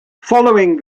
following